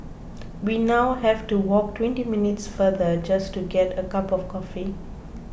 we now have to walk twenty minutes farther just to get a cup of coffee